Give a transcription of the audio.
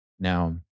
Now